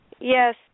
Yes